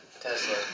Tesla